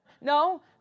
No